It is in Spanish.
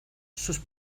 sus